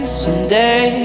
someday